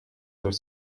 durch